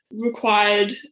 required